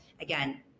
again